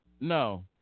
No